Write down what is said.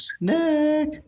Nick